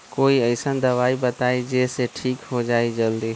कोई अईसन दवाई बताई जे से ठीक हो जई जल्दी?